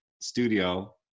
studio